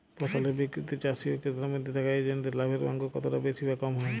ফসলের বিক্রিতে চাষী ও ক্রেতার মধ্যে থাকা এজেন্টদের লাভের অঙ্ক কতটা বেশি বা কম হয়?